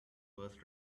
birth